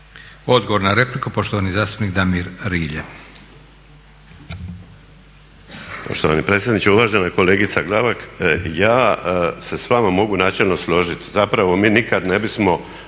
Odgovor na repliku poštovani zastupnik Damir Rilje.